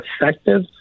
effective